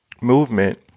movement